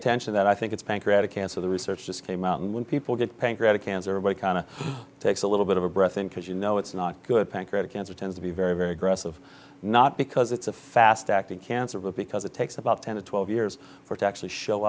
attention that i think it's bank rata cancer the research just came out and when people get pancreatic cancer what kind of takes a little bit of a breath in because you know it's not good pancreatic cancer tends to be very very aggressive not because it's a fast acting cancer but because it takes about ten to twelve years for to actually show